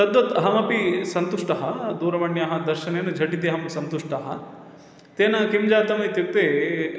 तद्वत् अहमपि सन्तुष्टः दूरवाण्याः दर्शनेन झटिति अहं सन्तुष्टः तेन किं जातम् इत्युक्ते